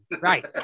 Right